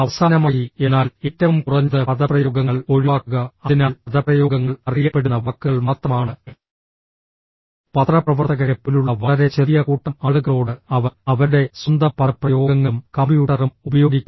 അവസാനമായി എന്നാൽ ഏറ്റവും കുറഞ്ഞത് പദപ്രയോഗങ്ങൾ ഒഴിവാക്കുക അതിനാൽ പദപ്രയോഗങ്ങൾ അറിയപ്പെടുന്ന വാക്കുകൾ മാത്രമാണ് പത്രപ്രവർത്തകരെപ്പോലുള്ള വളരെ ചെറിയ കൂട്ടം ആളുകളോട് അവർ അവരുടെ സ്വന്തം പദപ്രയോഗങ്ങളും കമ്പ്യൂട്ടറും ഉപയോഗിക്കുന്നു